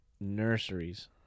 nurseries